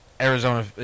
Arizona